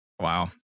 wow